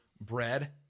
bread